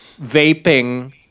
vaping